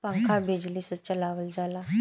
पंखा बिजली से चलावल जाला